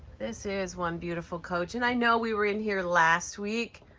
this is one beautiful coach. and i know we were in here last week.